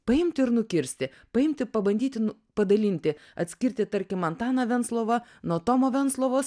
paimti ir nukirsti paimti pabandyti nu padalinti atskirti tarkim antaną venclovą nuo tomo venclovos